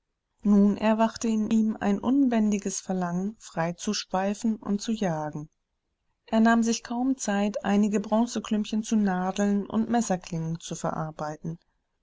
nun erwachte in ihm ein unbändiges verlangen frei zu schweifen und zu jagen er nahm sich kaum zeit einige bronzeklümpchen zu nadeln und messerklingen zu verarbeiten